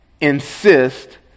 insist